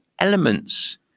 elements